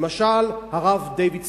למשל, הרב דייוויד ספרסטיין,